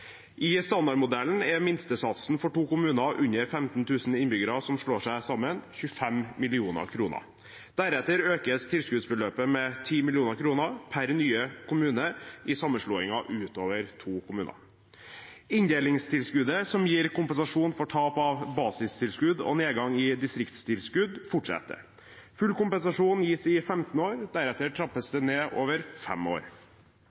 I standardmodellen er minstesatsen for to kommuner med under 15 000 innbyggere som slår seg sammen, 25 mill. kr. Deretter økes tilskuddsbeløpet med 10 mill. kr per nye kommune i sammenslåinger ut over to kommuner. Inndelingstilskuddet som gir kompensasjon for tap av